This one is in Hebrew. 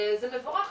וזה מבורך,